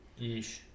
Yeesh